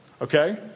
Okay